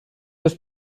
das